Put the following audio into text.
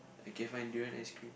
okay fine do you want ice cream